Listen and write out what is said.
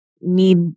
need